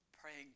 praying